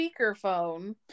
speakerphone